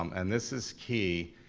um and this is key,